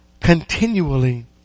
continually